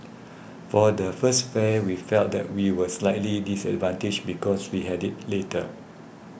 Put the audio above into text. for the first fair we felt that we were slightly disadvantaged because we had it later